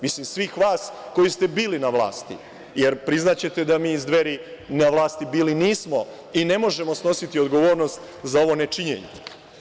Mislim svih vas koji ste bili na vlasti jer priznaćete da mi iz Dveri na vlasti bili nismo i ne možemo snositi odgovornost za ovo nečinjenje.